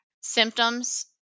symptoms